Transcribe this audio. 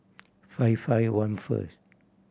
five five one first